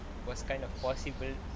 was kind of possible